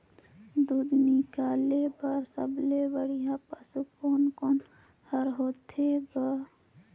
दूध निकाले बर सबले बढ़िया पशु कोन कोन हर होथे ग?